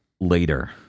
Later